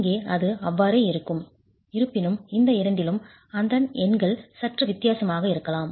இங்கே அது அவ்வாறே இருக்கும் இருப்பினும் இந்த இரண்டிலும் அதன் எண்கள் சற்று வித்தியாசமாக இருக்கலாம்